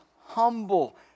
humble